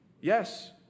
Yes